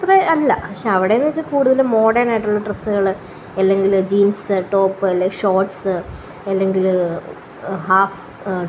അത്രേ അല്ല പക്ഷെ അവിടെയെന്നുവച്ചാല് കൂടുതലും മോഡേണായിട്ടുള്ള ഡ്രസ്സുകള് അല്ലെങ്കില് ജീന്സ് ടോപ്പ് അല്ലെ ഷോര്ട്ട്സ് അല്ലെങ്കില് ഹാഫ്